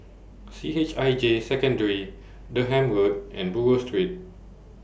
C H I J Secondary Durham Road and Buroh Street